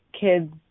kids